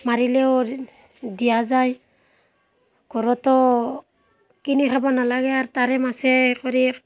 মাৰিলেও দিয়া যায় ঘৰতো কিনি খাব নালাগে আৰু তাৰে মাছে কৰি